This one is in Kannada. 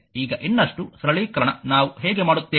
ಈಗ ಇನ್ನಷ್ಟು ಸರಳೀಕರಣ ನಾವು ಹೇಗೆ ಮಾಡುತ್ತೇವೆ